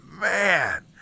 man